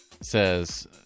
says